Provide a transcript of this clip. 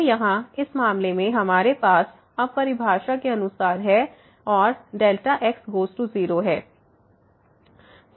तो यहाँ इस मामले में हमारे पास अब परिभाषा के अनुसार है और x गोज़ टू 0 है